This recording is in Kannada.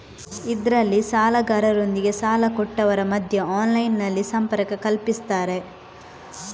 ಇದ್ರಲ್ಲಿ ಸಾಲಗಾರರೊಂದಿಗೆ ಸಾಲ ಕೊಟ್ಟವರ ಮಧ್ಯ ಆನ್ಲೈನಿನಲ್ಲಿ ಸಂಪರ್ಕ ಕಲ್ಪಿಸ್ತಾರೆ